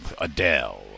Adele